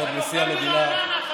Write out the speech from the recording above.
כבוד נשיא המדינה, הנוכל מרעננה.